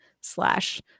slash